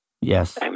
Yes